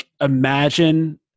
imagine